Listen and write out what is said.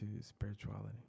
spirituality